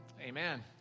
Amen